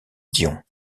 dion